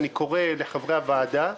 אני קורא לחברי הוועדה,